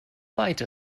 beide